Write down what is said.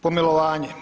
Pomilovanje.